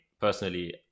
personally